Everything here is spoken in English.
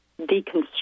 deconstruct